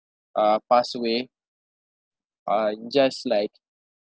uh pass away uh in just like